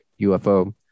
UFO